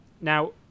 Now